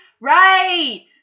Right